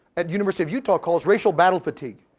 at university of utah calls racial battle fatigue.